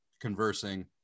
conversing